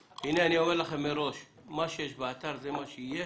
אומר לכם מראש שמה שיש באתר, זה מה שיהיה.